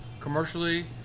commercially